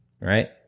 right